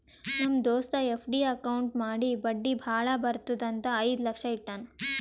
ನಮ್ ದೋಸ್ತ FD account ಮಾಡಿ ಬಡ್ಡಿ ಭಾಳ ಬರ್ತುದ್ ಅಂತ್ ಐಯ್ದ ಲಕ್ಷ ಇಟ್ಟಾನ್